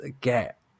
get